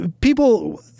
People